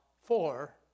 four